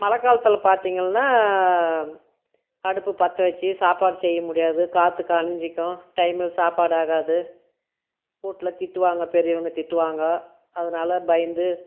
மழை காலத்தில் பார்த்தீங்கன்னா அடுப்பு பற்ற வச்சு சாப்பாடு செய்ய முடியாது காற்றுக்கு அணைஞ்சிக்கும் டைமுக்கு சாப்பாடு ஆகாது வீட்டுல திட்டுவாங்க பெரியவங்க திட்டுவாங்க அதனால் பயந்து